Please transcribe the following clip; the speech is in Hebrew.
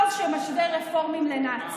מאז שהפסדת בפריימריז לראשות התעוררות